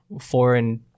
foreign